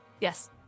Yes